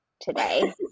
today